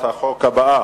נתקבלה.